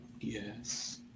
Yes